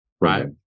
right